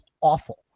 awful